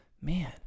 man